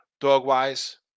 dog-wise